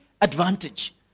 advantage